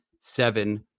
seven